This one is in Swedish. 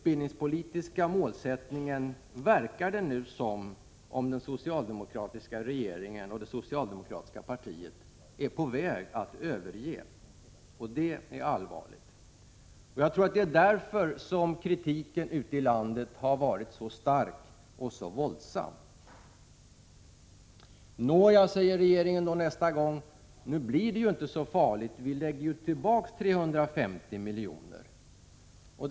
Det verkar nu som om den socialdemokratiska regeringen och det socialdemokratiska partiet är på väg att överge denna grundläggande utbildningspolitiska målsättning. Det är allvarligt. Jag tror att det är därför som kritiken ute i landet har varit så stark och så våldsam. Nåja, säger regeringen nästa gång, nu blir det ju inte så farligt. Vi lägger ju tillbaka 350 milj.kr.